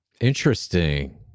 Interesting